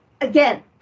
Again